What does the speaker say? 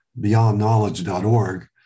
beyondknowledge.org